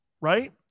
right